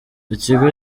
ikigo